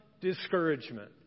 discouragement